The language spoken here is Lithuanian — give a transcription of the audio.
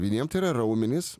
vieniem tai yra raumenys